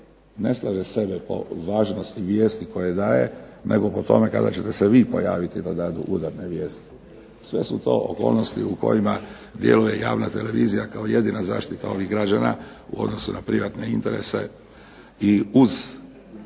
ne slaže sebe po važnosti vijesti koje daje, nego po tome kada ćete se vi pojaviti da dadu udarne vijesti. Sve su to okolnosti u kojima djeluje javna televizija kao jedina zaštita ovih građana u odnosu na privatne interese. I uz